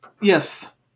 Yes